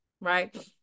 right